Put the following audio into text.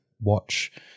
watch